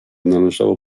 należało